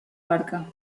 barca